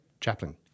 Chaplain